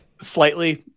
Slightly